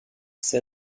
ses